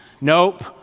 Nope